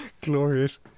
Glorious